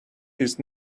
his